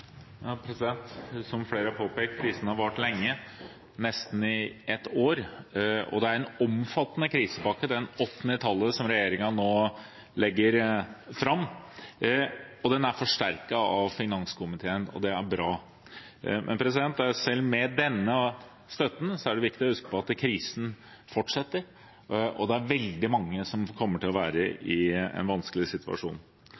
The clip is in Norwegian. Som flere har påpekt: Krisen har vart lenge, nesten i ett år, og det er en omfattende krisepakke, den åttende i tallet, som regjeringen nå legger fram. Den er forsterket av finanskomiteen, og det er bra. Men selv med denne støtten er det viktig å huske på at krisen fortsetter, og det er veldig mange som kommer til å være